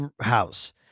house